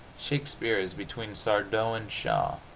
shakespeare is between sardou and shaw.